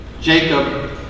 Jacob